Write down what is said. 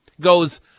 goes